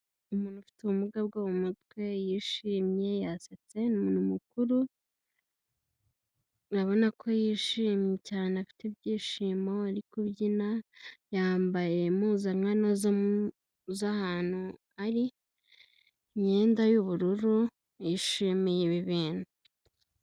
Umuntu ufite ubumuga bwo mu mutwe yishimye yasetse ni umuntu mukuru, urabona ko yishimye cyane afite ibyishimo ari kubyina, yambaye impuzankano z'ahantu ari, imyenda y'ubururu, yishimiye ibi bintu.